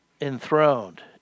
enthroned